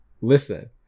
listen